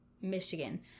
Michigan